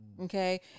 okay